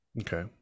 Okay